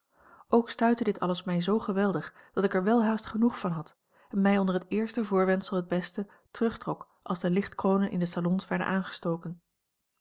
ook stuitte dit alles mij zoo geweldig dat ik er welhaast genoeg van had en mij onder het eerste voorwendsel het beste terugtrok als de lichtkronen in de salons werden aangestoken